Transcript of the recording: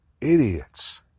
Idiots